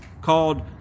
called